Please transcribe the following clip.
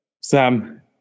Sam